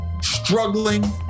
struggling